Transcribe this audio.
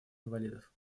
инвалидов